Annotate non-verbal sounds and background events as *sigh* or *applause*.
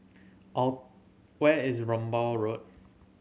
*unintelligible* where is Rambai Road